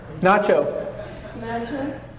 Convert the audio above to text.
Nacho